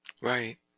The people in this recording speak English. Right